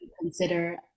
consider